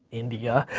india,